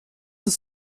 uns